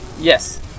Yes